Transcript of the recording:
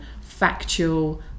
factual